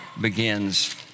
begins